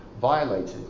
violated